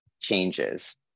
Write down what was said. changes